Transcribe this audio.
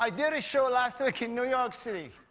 um did a show last week in new york city.